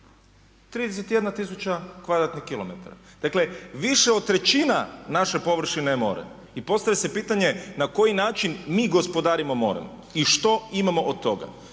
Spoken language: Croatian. kilometara. Dakle više od trećine naše površine je more. I postavlja se pitanje na koji način mi gospodarimo morem? I što imamo od toga?